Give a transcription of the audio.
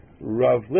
Rav